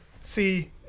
see